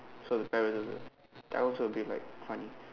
saw the parrots also that was a bit like funny